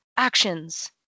Actions